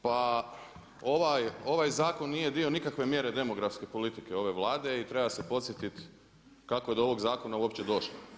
Pa ovaj zakon nije dio nikakve mjere demografske politike ove Vlade i treba se podsjetiti kako je do ovog zakona uopće došlo.